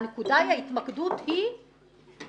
הנקודה היא שההתמקדות היא בטרוריסטים